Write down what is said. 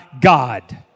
God